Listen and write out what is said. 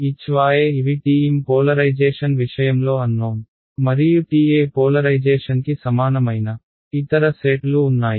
HxHy ఇవి TM polarisation విషయంలో unknown మరియు TE పోలరైజేషన్కి సమానమైన ఇతర సెట్లు ఉన్నాయి